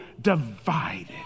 divided